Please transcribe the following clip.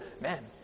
man